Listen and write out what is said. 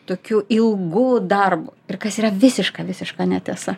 tokiu ilgu darbu ir kas yra visiška visiška netiesa